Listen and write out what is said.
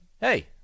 hey